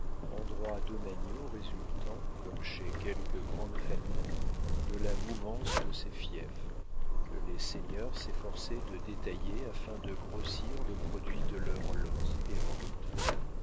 droits domaniaux résultant comme chez quelques grandes familles de la mouvance de ses fiefs que les seigneurs s'efforçaient de détailler afin de grossir le produit de leurs